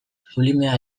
sublimea